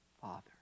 Father